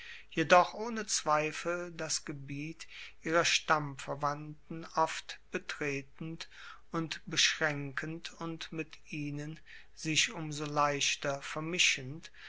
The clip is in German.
jedoch ohne zweifel das gebiet ihrer stammverwandten oft betretend und beschraenkend und mit ihnen sich um so leichter vermischend